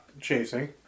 chasing